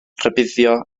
rhybuddio